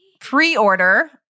pre-order